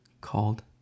called